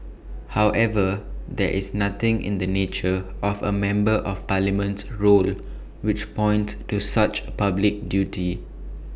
however there is nothing in the nature of A member of Parliament's role which points to such A public duty